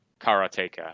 karateka